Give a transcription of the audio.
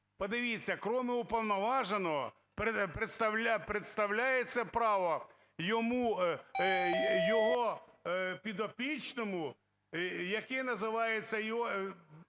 подивіться, кроме уповноваженого представляється право йому... його підопічному, який називається його...